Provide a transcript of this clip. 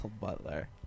Butler